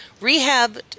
rehab